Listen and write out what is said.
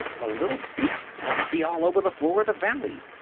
the little beasts must be all over the floor of the valley!